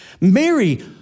Mary